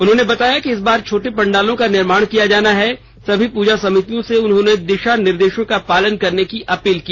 उन्होंने बताया कि इस बार छोटे पंडालों का निर्माण किया जाना है सभी पूजा समितियों से उन्होंने दिशा निर्देशों का पालन करने की अपील की